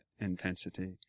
intensity